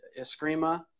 Eskrima